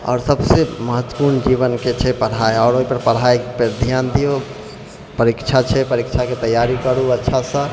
आओर सबसँ महत्वपूर्ण जीवनके छै पढ़ाइ आओर ओहिपर पढ़ाइपर धिआन दिऔ परीक्षा छै परीक्षाके तैआरी करू अच्छासँ